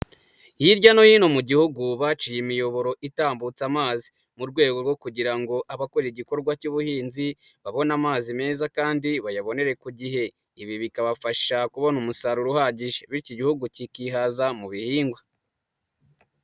Hirya no hino mu gihugu baciye imiyoboro itambutse amazi mu rwego rwo kugira ngo abakora igikorwa cy'ubuhinzi, babone amazi meza kandi bayabonere ku gihe. Ibi bikabafasha kubona umusaruro uhagije bityo igihugu kikihaza mu bihingwa.